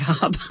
job